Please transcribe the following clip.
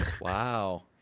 Wow